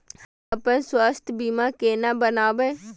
हम अपन स्वास्थ बीमा केना बनाबै?